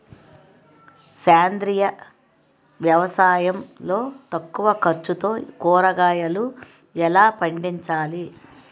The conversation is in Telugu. సేంద్రీయ వ్యవసాయం లో తక్కువ ఖర్చుతో కూరగాయలు ఎలా పండించాలి?